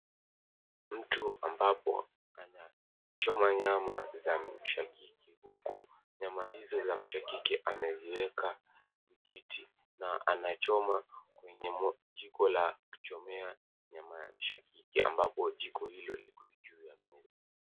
Mtu ambapo anachoma nyama za mshakiki huku nyama hizo za mshakiki ameziweka vijiti na anachoma kwenye jiko la kuchomea nyama ya mshakiki ambapo jiko hilo liko juu ya meza,